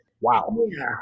Wow